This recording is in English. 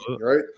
right